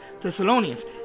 Thessalonians